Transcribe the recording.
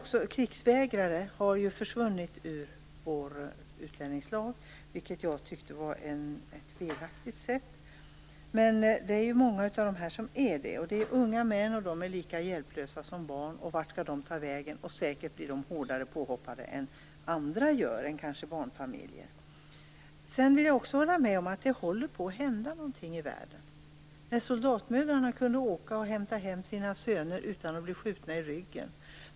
Krigsvägrare har ju försvunnit ur vår utlänningslag, vilket jag tyckte var ett felaktigt sätt. Det är många av dessa som är det. Det är unga män, och de är lika hjälplösa som barn. Vart skall de ta vägen? Säkert blir de hårdare påhoppade än andra, kanske barnfamiljer. Jag vill också hålla med om att det håller på att hända någonting i världen. Soldatmödrarna kunde åka och hämta hem sina söner utan att bli skjutna i ryggen.